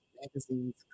magazines